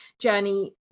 journey